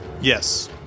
Yes